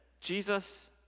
Jesus